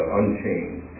unchanged